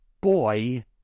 boy